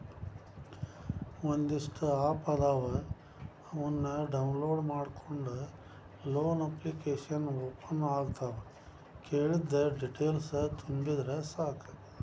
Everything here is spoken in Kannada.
ಒಂದಿಷ್ಟ ಆಪ್ ಅದಾವ ಅವನ್ನ ಡೌನ್ಲೋಡ್ ಮಾಡ್ಕೊಂಡ ಲೋನ ಅಪ್ಲಿಕೇಶನ್ ಓಪನ್ ಆಗತಾವ ಕೇಳಿದ್ದ ಡೇಟೇಲ್ಸ್ ತುಂಬಿದರ ಸಾಕ